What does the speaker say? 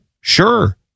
sure